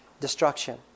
destruction